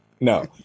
No